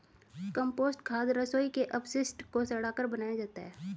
compost खाद रसोई के अपशिष्ट को सड़ाकर बनाया जाता है